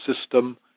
system